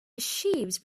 achieved